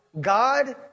God